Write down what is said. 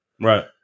Right